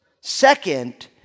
Second